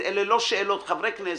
חברי כנסת,